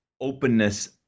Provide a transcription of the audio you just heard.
openness